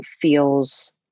feels